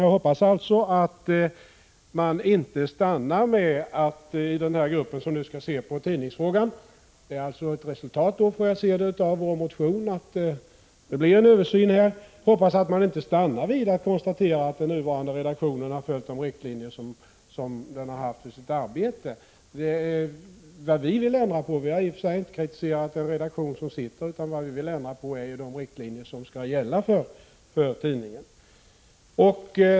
Att det nu blir en översyn och att den här gruppen skall se på tidningsfrågan får jag alltså se som ett resultat av vår motion. Jag hoppas att man inte stannar vid att konstatera att den nuvarande redaktionen har följt de riktlinjer som den har haft för sitt arbete. Vi har i och för sig inte kritiserat den redaktion som sitter. Vad vi vill ändra är ju de riktlinjer som skall gälla för tidningen.